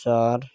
চার